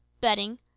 bedding